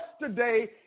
Yesterday